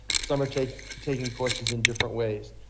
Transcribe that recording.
some are taking taking courses in different ways.